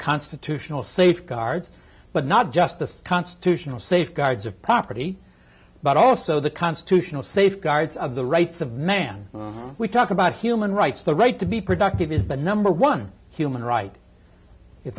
constitutional safeguards but not just the constitutional safeguards of property but also the constitutional safeguards of the rights of man we talk about human rights the right to be productive is the number one human right if